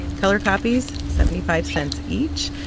color copies seventy five cents each.